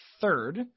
third